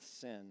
sin